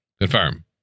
confirm